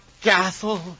castle